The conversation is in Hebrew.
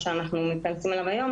הנושא עליו אנחנו מתכנסים היום,